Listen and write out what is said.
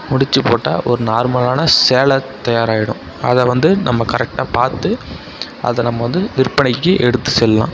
முடிச்சு போட்டால் ஒரு நார்மலான சேலை தயார் ஆகிடும் அதை வந்து நம்ம கரெக்ட்டா பார்த்து அதை நம்ம வந்து விற்பனைக்கு எடுத்து செல்லலாம்